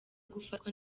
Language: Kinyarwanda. gufatwa